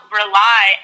rely